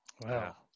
Wow